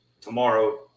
tomorrow